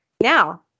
Now